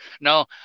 no